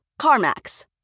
CarMax